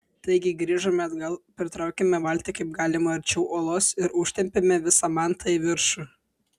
taigi grįžome atgal pritraukėme valtį kaip galima arčiau uolos ir užtempėme visą mantą į viršų